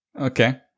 Okay